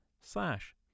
slash